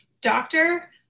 doctor